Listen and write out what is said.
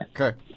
okay